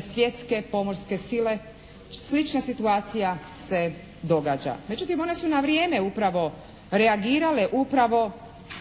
svjetske pomorske sile. Slična situacija se događa. Međutim, one su na vrijeme upravo reagirale upravo